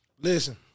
Listen